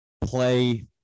play